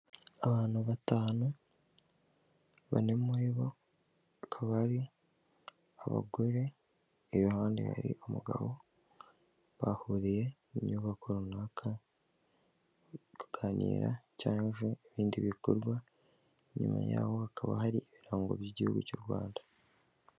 Abantu batanu, bane muri bo bakaba ari abagore iruhande hari umugabo bahuriye mu nyubako runaka bakaganira cyangwa ibindi bikorwa inyuma yaho hakaba hari ibirango by'igihugu cy'u Rwanda.